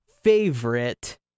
favorite